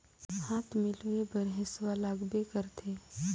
हाथ में लूए बर हेसुवा लगबे करथे